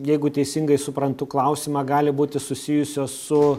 jeigu teisingai suprantu klausimą gali būti susijusios su